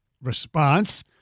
Response